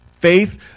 Faith